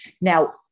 Now